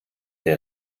der